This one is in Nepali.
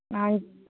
हजुर